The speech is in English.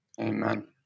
Amen